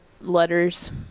letters